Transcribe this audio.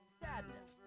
sadness